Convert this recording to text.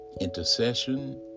intercession